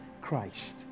Christ